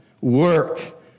work